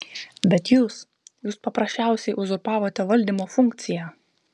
bet jūs jūs paprasčiausiai uzurpavote valdymo funkciją